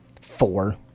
four